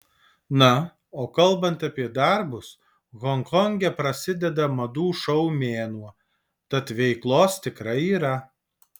na o kalbant apie darbus honkonge prasideda madų šou mėnuo tad veiklos tikrai yra